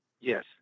Yes